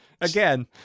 again